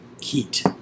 heat